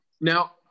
Now